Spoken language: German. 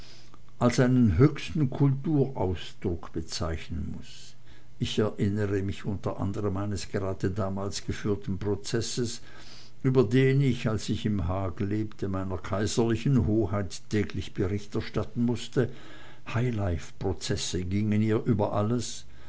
als einen höchsten kulturausdruck bezeichnen muß ich erinnere mich unter anderm eines gerade damals geführten prozesses über den ich als ich im haag lebte meiner kaiserlichen hoheit täglich bericht erstatten mußte high life prozesse gingen ihr über alles